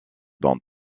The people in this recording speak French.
dont